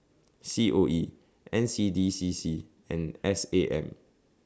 C O E N C D C C and S A M